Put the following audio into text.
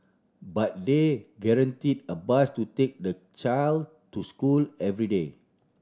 but they guaranteed a bus to take the child to school every day